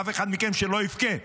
שאף אחד מכם לא יבכה.